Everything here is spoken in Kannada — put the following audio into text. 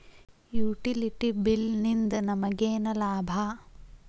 ಯುಟಿಲಿಟಿ ಬಿಲ್ ನಿಂದ್ ನಮಗೇನ ಲಾಭಾ?